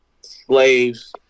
slaves